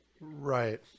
Right